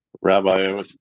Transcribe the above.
Rabbi